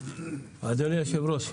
אדוני היושב-ראש,